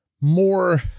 more